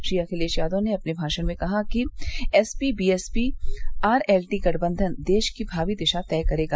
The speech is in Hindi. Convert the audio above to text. श्री अखिलेश यादव ने अपने भाषण में कहा कि एसपी बीएसपी आरएलडी गठबंधन देश की भावी दिशा तय करेगा